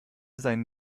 seinen